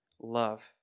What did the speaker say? love